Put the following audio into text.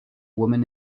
woman